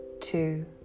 two